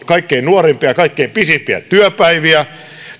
kaikkein nuorimpia kaikkein pisimpiä työpäiviä